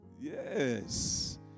Yes